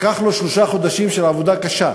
לקח לו שלושה חודשים של עבודה קשה